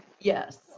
Yes